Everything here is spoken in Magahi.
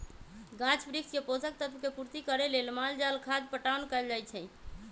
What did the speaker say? गाछ वृक्ष के पोषक तत्व के पूर्ति करे लेल माल जाल खाद पटाओन कएल जाए छै